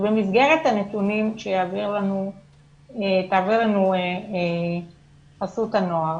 שבמסגרת הנתונים שתעביר לנו חסות הנוער